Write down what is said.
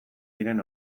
diren